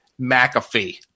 McAfee